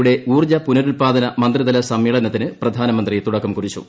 യുടെ ഊർജ്ജ പുനരുത്പാദന മന്ത്രിതല സമ്മേളനത്തിന് പ്രധാന മന്ത്രി തുടക്കം കുറിച്ചു